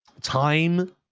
time